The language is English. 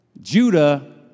Judah